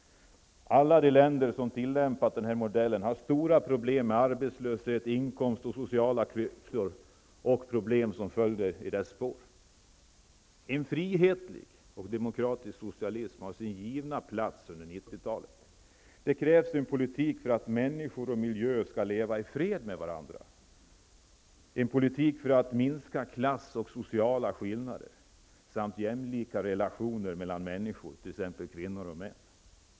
Alla de länder som har tillämpat modellen har stora problem med arbetslöshet, inkomster, sociala klyftor och annat som följt i spåren. En frihetlig och demokratisk socialism har sin givna plats under 90-talet. Det krävs en politik för att människor och miljö skall leva i fred med varandra, en politik för att minska klasskillnader och sociala skillnader och för att skapa jämlika relationer mellan människor, t.ex. mellan kvinnor och män.